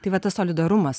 tai va tas solidarumas